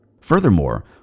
Furthermore